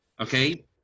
Okay